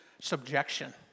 subjection